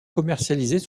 commercialisées